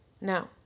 No